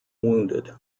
wounded